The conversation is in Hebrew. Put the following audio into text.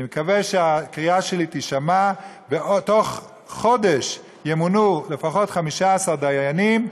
אני מקווה שהקריאה שלי תישמע ובתוך חודש ימונו לפחות 15 דיינים,